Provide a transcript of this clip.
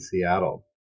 Seattle